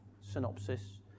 synopsis